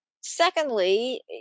secondly